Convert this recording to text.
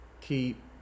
keep